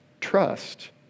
trust